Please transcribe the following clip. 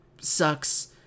sucks